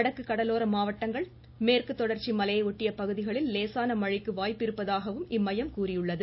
வடக்கு கடலோர மாவட்டங்கள் மேற்கு தொடர்ச்சி மலையை ஒட்டிய பகுதிகளில் லேசான மழைக்கு வாய்ப்பிருப்பதாகவும் இம்மையம் கூறியுள்ளது